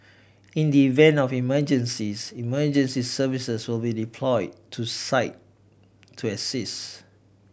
in the event of an emergencies emergency services will be deployed to site to assists